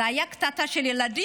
זו הייתה קטטה של ילדים?